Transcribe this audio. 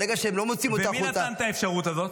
ברגע שהם לא מוציאים אותו החוצה --- ומי נתן את האפשרות הזאת?